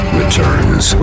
returns